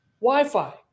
Wi-Fi